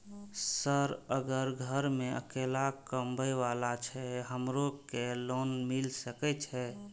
Sir अगर घर में अकेला कमबे वाला छे हमरो के लोन मिल सके छे?